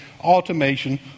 automation